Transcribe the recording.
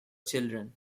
children